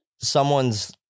someone's